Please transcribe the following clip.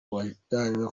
wajyanywe